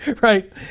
right